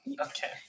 okay